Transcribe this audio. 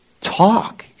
talk